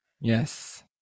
Yes